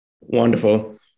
Wonderful